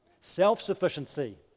Self-sufficiency